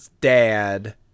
dad